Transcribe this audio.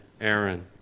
Aaron